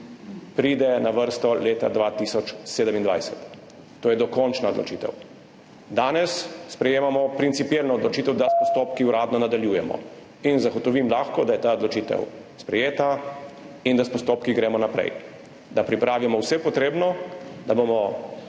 pride na vrsto leta 2027. To je dokončna odločitev. Danes sprejemamo principialno odločitev, da s postopki uradno nadaljujemo. Zagotovim lahko, da je ta odločitev sprejeta in da gremo s postopki naprej, da pripravimo vse potrebno, da bomo